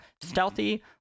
stealthy